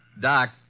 Doc